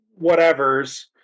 whatevers